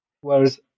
Whereas